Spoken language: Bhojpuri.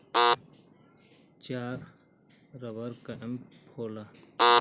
चार रबर कैप होला